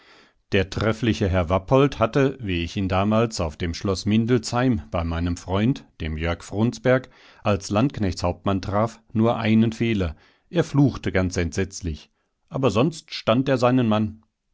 der treffliche herr wappolt hatte wie ich ihn damals auf dem schloß mindelsheim bei meinem freund dem jörg frundsberg als landsknechtshauptmann traf nur einen fehler er fluchte ganz entsetzlich aber sonst stand er seinen mann